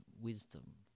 wisdom